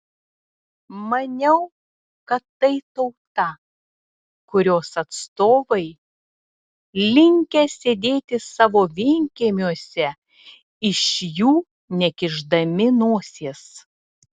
maniau kad tai tauta kurios atstovai linkę sėdėti savo vienkiemiuose iš jų nekišdami nosies